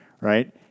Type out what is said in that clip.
right